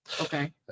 Okay